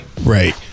Right